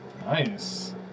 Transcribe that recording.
Nice